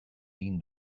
egin